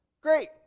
great